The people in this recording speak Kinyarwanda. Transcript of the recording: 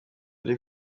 umwe